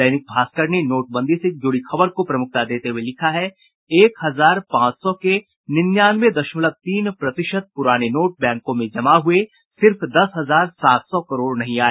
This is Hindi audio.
दैनिक भास्कर ने नोटबंदी से जुड़ी खबर को प्रमुखता देते हुये लिखा है एक हजार पांच सौ के निन्यानवे दशमलव तीन प्रतिशत पुराने नोट बैंकों में जमा हुये सिर्फ दस हजार सात सौ करोड़ नहीं आए